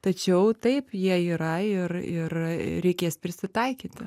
tačiau taip jie yra ir ir reikės prisitaikyti